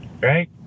right